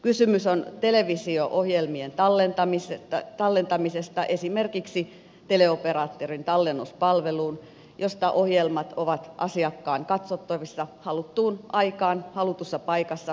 kysymys on televisio ohjelmien tallentamisesta esimerkiksi teleoperaattorin tallennuspalveluun josta ohjelmat ovat asiakkaan katsottavissa haluttuun aikaan halutussa paikassa videonauhurin tapaan